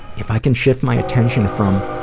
if i can shift my attention from,